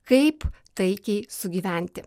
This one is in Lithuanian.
kaip taikiai sugyventi